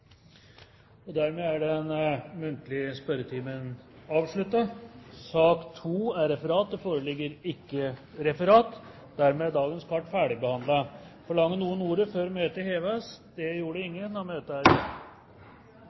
Dermed er den muntlige spørretimen avsluttet. Det foreligger ikke noe referat. Dermed er dagens kart ferdigbehandlet. Forlanger noen ordet før møtet heves? – Møtet